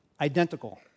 identical